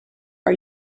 are